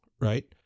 right